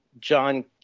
John